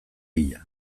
bila